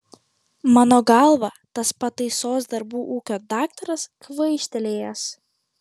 mano galva tas pataisos darbų ūkio daktaras kvaištelėjęs